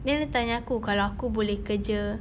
then dia tanya aku kalau aku boleh kerja